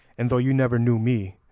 and though you never knew me,